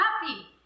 happy